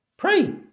Pray